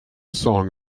song